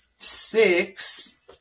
six